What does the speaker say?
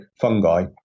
fungi